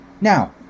now